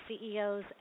CEOs